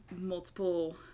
multiple